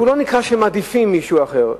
זה לא נקרא שמעדיפים מישהו אחר.